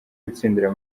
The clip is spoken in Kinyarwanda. gutsindira